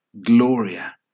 Gloria